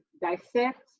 dissect